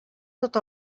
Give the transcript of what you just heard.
tot